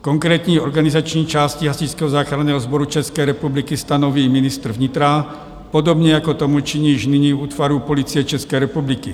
Konkrétní organizační části Hasičského záchranného sboru České republiky stanoví ministr vnitra, podobně jako tomu činí již nyní u útvarů Policie České republiky.